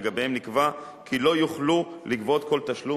שלגביהן נקבע כי לא יוכלו לגבות כל תשלום